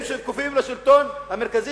הם כפופים לשלטון המרכזי,